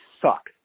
suck